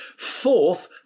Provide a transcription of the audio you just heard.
Fourth